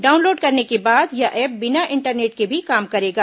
download करने के बाद यह ऐप बिना इंटरनेट के भी काम करेगा